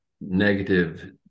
negative